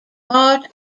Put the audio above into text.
part